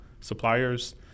suppliers